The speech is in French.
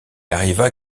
arriva